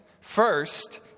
First